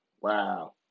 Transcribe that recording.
Wow